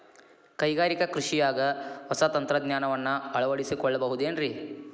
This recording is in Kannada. ಕೈಗಾರಿಕಾ ಕೃಷಿಯಾಗ ಹೊಸ ತಂತ್ರಜ್ಞಾನವನ್ನ ಅಳವಡಿಸಿಕೊಳ್ಳಬಹುದೇನ್ರೇ?